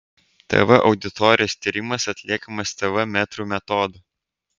tv auditorijos tyrimas atliekamas tv metrų metodu